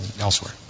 elsewhere